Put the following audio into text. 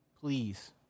Please